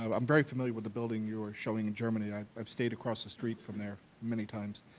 um i'm very familiar with the building you were showing in germany, i've i've stayed across the street from there many times.